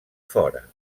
fora